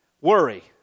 Worry